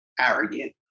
arrogant